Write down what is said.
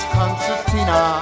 concertina